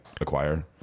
acquire